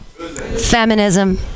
Feminism